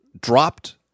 dropped